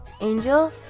Angel